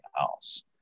else